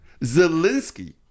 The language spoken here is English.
Zelensky